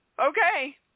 Okay